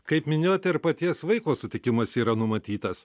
kaip minėjote ir paties vaiko sutikimas yra numatytas